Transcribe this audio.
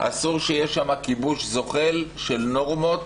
אסור שיהיה שם כיבוש זוחל של נורמות